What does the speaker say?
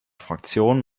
fraktion